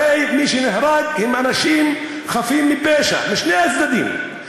הרי מי שנהרגים הם אנשים חפים מפשע, משני הצדדים.